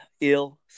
ill